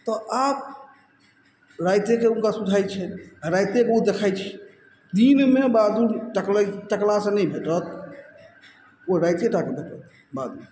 तऽ आब राइतेके हुनका सुझाइ छनि आओर राइतेके ओ देखाइ छै दिनमे बादुर तकबय तकलासँ नहि भेटत ओ राइते टाकऽ भेटत बादुर